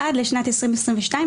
עד לשנת 2022,